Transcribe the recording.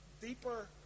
deeper